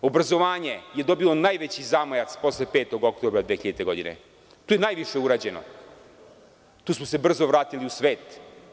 Obrazovanje je dobilo najveći zamajac posle 5. oktobra 2000. godine i tu je najviše urađeno, tu smo se brzo vratili u svet.